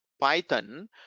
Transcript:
python